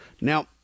Now